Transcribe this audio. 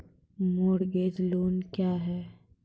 Mortgage loan क्या है?